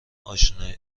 آشنایی